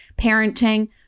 parenting